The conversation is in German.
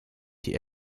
die